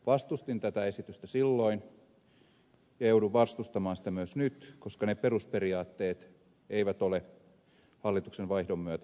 vastustin tätä esitystä silloin ja joudun vastustamaan sitä myös nyt koska ne perusperiaatteet eivät ole hallituksen vaihdon myötä valitettavasti muuttuneet